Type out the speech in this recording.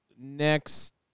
next